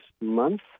month